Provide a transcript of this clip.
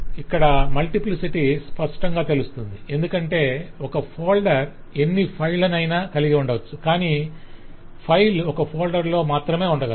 ఇక్కడ మల్టిప్లిసిటీ స్పష్టంగా తెలుస్తుంది ఎందుకంటే ఒక ఫోల్డర్ ఎన్ని ఫైళ్ళను అయిన కలిగి ఉండవచ్చు కాని ఫైల్ ఒక ఫోల్డర్లో మాత్రమే ఉండగలదు